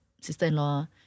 sister-in-law